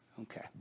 Okay